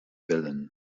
wellen